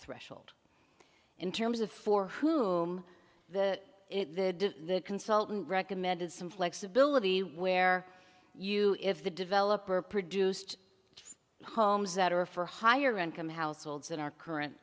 threshold in terms of for whom the consultant recommended some flexibility where you if the developer produced homes that are for higher income households than our current